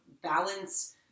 Balance